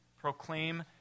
proclaim